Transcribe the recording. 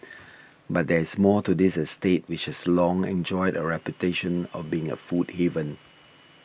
but there is more to this estate which has long enjoyed a reputation of being a food haven